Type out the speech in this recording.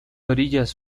orillas